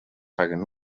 paguen